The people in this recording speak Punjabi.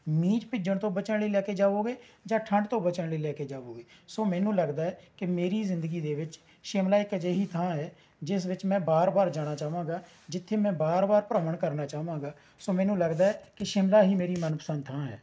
ਮੀਂਹ ਵਿੱਚ ਭਿੱਜਣ ਤੋਂ ਲੈ ਕੇ ਜਾਵੋਗੇ ਜਾਂ ਠੰਡ ਤੋਂ ਬਚਣ ਲਈ ਲੈ ਕੇ ਜਾਵੋਗੇ ਸੋ ਮੈਨੂੰ ਲੱਗਦਾ ਹੈ ਕਿ ਮੇਰੀ ਜ਼ਿੰਦਗੀ ਦੇ ਵਿੱਚ ਸ਼ਿਮਲਾ ਇੱਕ ਅਜਿਹੀ ਥਾਂ ਹੈ ਜਿਸ ਵਿੱਚ ਮੈਂ ਵਾਰ ਵਾਰ ਜਾਣਾ ਚਾਹਵਾਂਗਾ ਜਿੱਥੇ ਮੈਂ ਵਾਰ ਵਾਰ ਭਰੱਮਣ ਕਰਨਾ ਚਾਹਵਾਂਗਾ ਸੋ ਮੈਨੂੰ ਲੱਗਦੇ ਕਿ ਸ਼ਿਮਲਾ ਹੀ ਮੇਰੀ ਮਨਪਸੰਦ ਥਾਂ ਹੈ